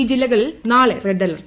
ഈ ജില്ലകളിൽ നാളെ റെഡ് അലർട്ട്